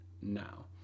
now